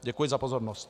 Děkuji za pozornost.